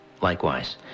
likewise